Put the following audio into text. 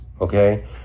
okay